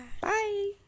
Bye